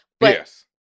Yes